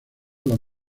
las